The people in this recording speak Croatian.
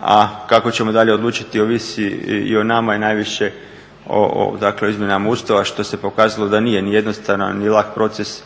a kako ćemo dalje odlučiti ovisi i o nama i najviše o izmjenama Ustava što se pokazalo da nije ni jednostavan, ni lak proces